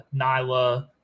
Nyla